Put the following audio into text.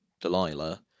Delilah